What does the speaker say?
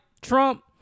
Trump